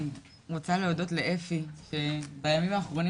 יודעת שאפי לא בוכה בקלות.